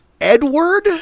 Edward